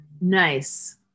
Nice